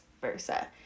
versa